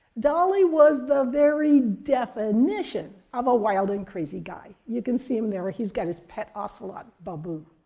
dali was the very definition of a wild and crazy guy. you can see him there. he's got his pet, ocelot babu.